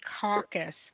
caucus